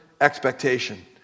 expectation